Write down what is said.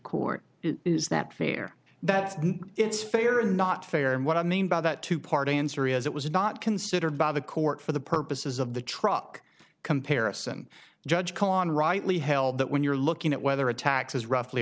court is that fair that it's fair or not fair and what i mean by that two part answer is it was not considered by the court for the purposes of the truck comparison judge cohen rightly held that when you're looking at whether a tax is roughly